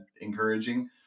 encouraging